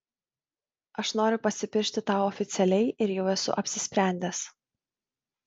aš noriu pasipiršti tau oficialiai ir jau esu apsisprendęs